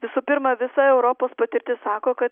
visų pirma visa europos patirtis sako kad